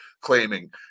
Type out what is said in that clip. claiming